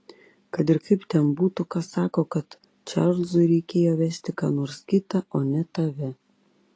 kad ir kaip ten būtų kas sako kad čarlzui reikėjo vesti ką nors kitą o ne tave